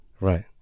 Right